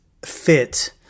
fit